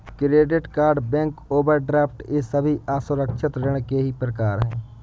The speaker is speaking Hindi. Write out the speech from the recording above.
क्रेडिट कार्ड बैंक ओवरड्राफ्ट ये सभी असुरक्षित ऋण के ही प्रकार है